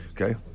Okay